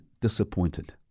disappointed